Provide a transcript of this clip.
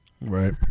Right